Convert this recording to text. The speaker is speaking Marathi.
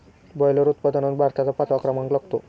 बॉयलर उत्पादनात भारताचा पाचवा क्रमांक लागतो